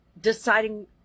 deciding